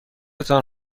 تان